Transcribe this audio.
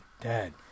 Dad